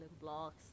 blocks